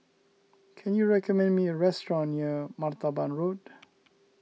can you recommend me a restaurant near Martaban Road